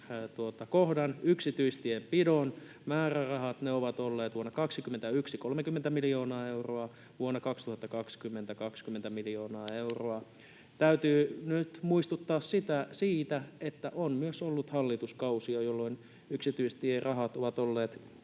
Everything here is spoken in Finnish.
kohdan, yksityistienpidon määrärahat. Ne ovat olleet 30 miljoonaa euroa vuonna 2021, ja 20 miljoonaa euroa vuonna 2020. Täytyy nyt muistuttaa siitä, että on myös ollut hallituskausia, jolloin yksityistierahat ovat olleet